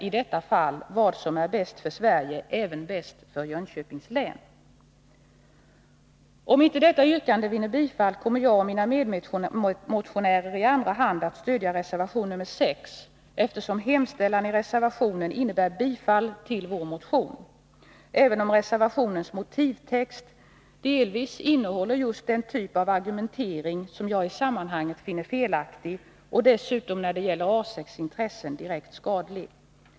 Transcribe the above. I detta fall är det som är bäst för Sverige uppenbarligen även bäst för Jönköpings län. I andra hand — om inte detta yrkande vinner bifall — kommer jag och mina medmotionärer att stödja reservation nr 6, eftersom hemställan i denna reservation innebär bifall till vår motion — även om reservationens motivtext delvis innehåller just den typ av argumentering som jag i sammanhanget finner felaktig och som dessutom när det gäller de intressen som A 6 har är direkt skadlig.